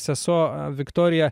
sesuo viktorija